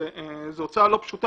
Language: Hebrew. כך שזו הוצאה לא פשוטה,